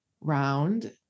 round